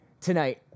tonight